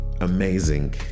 amazing